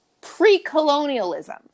pre-colonialism